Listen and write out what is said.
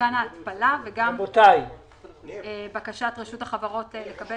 במתקן ההתפלה וגם בקשת רשות החברות לקבל